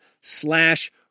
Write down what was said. slash